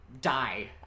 Die